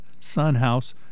Sunhouse